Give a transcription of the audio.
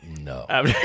No